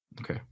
Okay